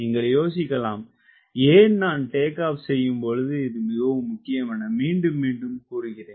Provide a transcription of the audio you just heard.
நீங்கள் யோசிக்கலாம் ஏன் நான் டேக் ஆப் செய்யும்பொழுது இது மிகவும் முக்கியமென மீண்டும் மீண்டும் கூறுகிறேன்